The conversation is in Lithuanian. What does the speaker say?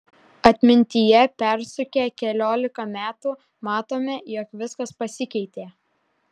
atmintyje persukę keliolika metų matome jog viskas pasikeitė